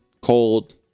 cold